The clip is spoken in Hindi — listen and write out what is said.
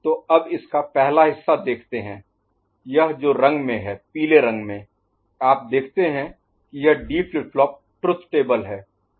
तो अब इसका पहला हिस्सा देखते हैं यह जो रंग में है पीले रंग में आप देखते हैं कि यह D flip flop truth table है